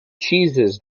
cheeses